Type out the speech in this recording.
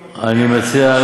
מה אני אגיד לך,